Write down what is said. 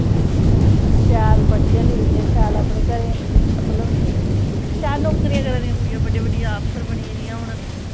शैल पढ़दियां लिखदियां शैल अपने घरें मतलब शैल नौकरियां करै दियां बड्डियां बड्डियां आफिसर बनी गेदियां हून